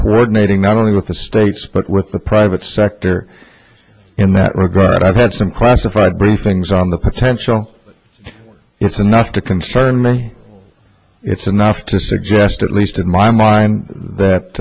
coordinating not only with the states but with the private sector in that regard but i've had some classified briefings on the potential it's enough to concern me it's enough to suggest at least in my mind that